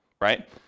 right